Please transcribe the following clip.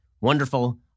wonderful